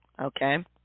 okay